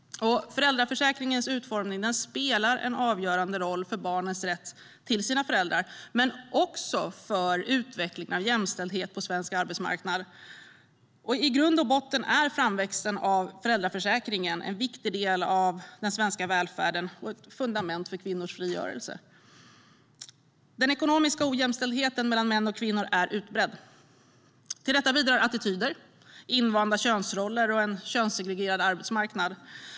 Föräldraförsäkringens utformning spelar en avgörande roll för barnens rätt till sina föräldrar men också för utvecklingen av jämställdheten på svensk arbetsmarknad. I grund och botten är framväxten av föräldraförsäkringen en viktig del av den svenska välfärden och ett fundament för kvinnors frigörelse. Den ekonomiska ojämställdheten mellan män och kvinnor är utbredd. Till detta bidrar attityder, invanda könsroller och en könssegregerad arbetsmarknad.